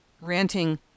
ranting